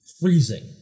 freezing